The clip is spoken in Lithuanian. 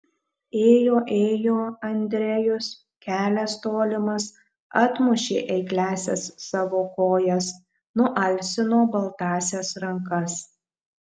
ėjo ėjo andrejus kelias tolimas atmušė eikliąsias savo kojas nualsino baltąsias rankas